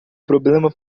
problema